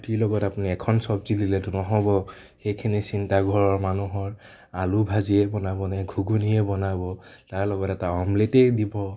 ৰুটিৰ লগত আপুনি এখন চব্জি দিলেতো নহ'ব সেইখিনি চিন্তা ঘৰৰ মানুহৰ আলু ভাজিয়ে বনাব নে ঘুগুনিয়ে বনাব তাৰ লগত এটা অমলেটেই দিব